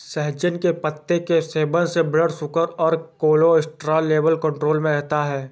सहजन के पत्तों के सेवन से ब्लड शुगर और कोलेस्ट्रॉल लेवल कंट्रोल में रहता है